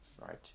right